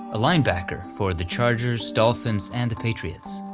a linebacker for the chargers, dolphins, and the patriots.